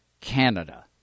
Canada